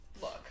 Look